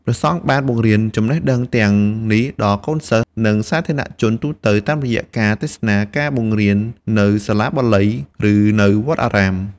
ព្រះសង្ឃបានបង្រៀនចំណេះដឹងទាំងនេះដល់កូនសិស្ស និងសាធារណជនទូទៅតាមរយៈការទេសនា ការបង្រៀននៅសាលាបាលី ឬនៅវត្តអារាម។